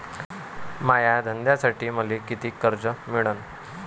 माया धंद्यासाठी मले कितीक कर्ज मिळनं?